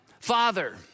Father